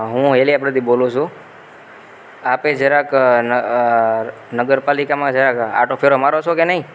હું એલે પ્રતિક બોલું છું આપ જરાક નગરપાલિકામાં જરાક આંટો ફેરો મારો છો કે નહીં